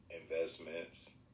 Investments